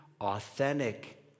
authentic